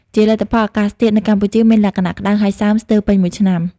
ជាលទ្ធផល អាកាសធាតុនៅកម្ពុជាមានលក្ខណៈក្តៅហើយសើមស្ទើរពេញមួយឆ្នាំ។